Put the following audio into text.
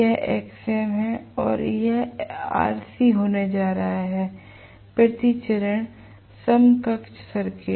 यह Xm है और यह Rc होने जा रहा है प्रति चरण समकक्ष सर्किट